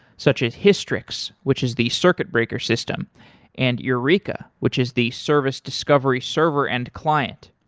such as hystrix, which is the circuit breaker system and eureka, which is the service discovery server and client.